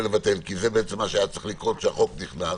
כי זה בעצם מה שהיה צריך לקרות כשהחוק נכנס.